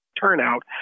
turnout